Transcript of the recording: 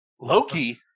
Loki